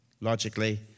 logically